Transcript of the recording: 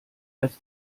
als